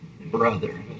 brother